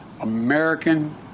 American